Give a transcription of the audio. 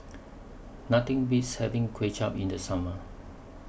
Nothing Beats having Kway Chap in The Summer